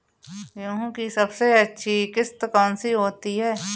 गेहूँ की सबसे अच्छी किश्त कौन सी होती है?